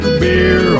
beer